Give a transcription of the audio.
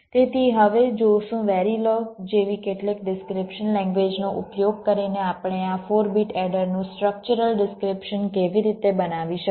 તેથી હવે જોશું વેરિલોગ જેવી કેટલીક ડિસ્ક્રીપ્શન લેંગ્વેજનો ઉપયોગ કરીને આપણે આ 4 બીટ એડરનું સ્ટ્રક્ચરલ ડિસ્ક્રીપ્શન કેવી રીતે બનાવી શકીએ